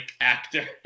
actor